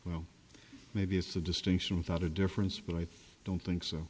well maybe it's a distinction without a difference but i don't think so